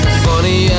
funny